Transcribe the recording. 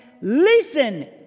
Listen